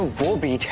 will be